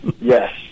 yes